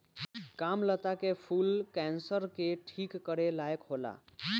कामलता के फूल कैंसर के ठीक करे लायक होला